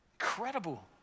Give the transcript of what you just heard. Incredible